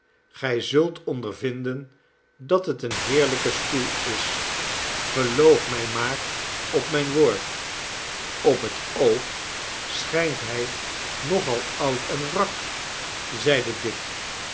gij zult ondervinden dat het een heerlijke stoel is geloof mij maar op mijn woord op het oog schijnt hij nog al oud en wrak zeide dick